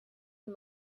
are